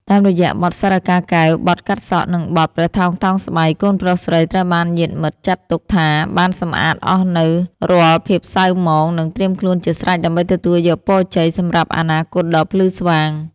តាមរយៈបទ សារិកាកែវ បទ កាត់សក់ និងបទ ព្រះថោងតោងស្បៃ កូនប្រុសស្រីត្រូវបានញាតិមិត្តចាត់ទុកថាបានសម្អាតអស់នូវរាល់ភាពសៅហ្មង និងត្រៀមខ្លួនជាស្រេចដើម្បីទទួលយកពរជ័យសម្រាប់អនាគតដ៏ភ្លឺស្វាង។